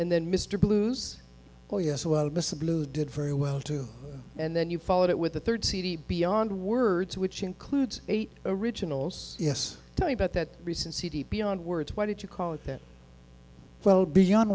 and then mr blues oh yes well miss a blue did very well too and then you followed it with a third cd beyond words which includes eight originals yes tell me about that recent cd beyond words why did you call it that well beyond